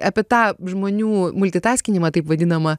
apie tą žmonių multitaskinimą taip vadinamą